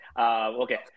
Okay